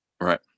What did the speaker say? Right